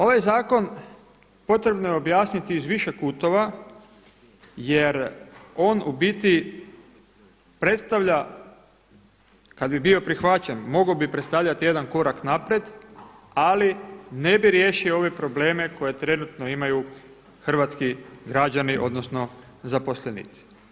Ovaj zakon potrebno je objasniti iz više kutova jer on u biti predstavlja, kada bi bio prihvaćen, mogao bi predstavljati jedan korak naprijed ali ne bi riješio ove probleme koje trenutno imaju hrvatski građani odnosno zaposlenici.